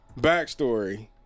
backstory